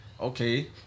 okay